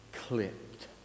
clipped